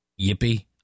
Yippee